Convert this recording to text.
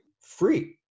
free